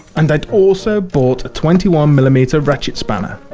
and i'd also bought a twenty one mm ratchet spanner.